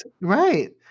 Right